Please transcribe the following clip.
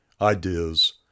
ideas